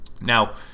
Now